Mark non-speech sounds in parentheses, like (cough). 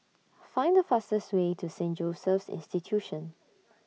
Find The fastest Way to Saint Joseph's Institution (noise)